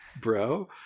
Bro